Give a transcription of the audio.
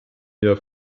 mehr